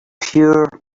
pure